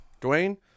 Dwayne